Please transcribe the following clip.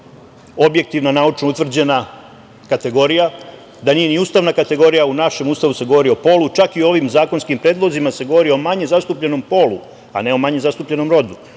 nije objektivno naučno utvrđena kategorija, da nije ni ustavna kategorija, u našem Ustavu se govori o polu, čak i u ovim zakonskim predlozima se govori o manje zastupljenom polu, a ne o manje zastupljenom rodu,